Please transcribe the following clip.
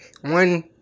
One